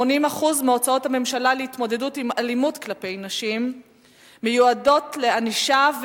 80% מהוצאות הממשלה להתמודדות עם אלימות כלפי נשים מיועדות לענישה,